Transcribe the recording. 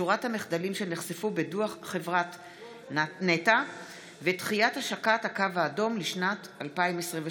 החרגת הפרשי גובה וצפיפות הבנייה בחישוב דמי הקמה של מערכות מים וביוב),